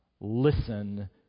listen